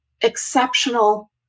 exceptional